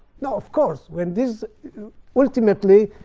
now, of course, when this ultimately,